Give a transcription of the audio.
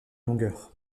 longueur